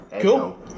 Cool